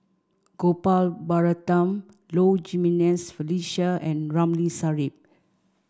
Gopal Baratham Low Jimenez Felicia and Ramli Sarip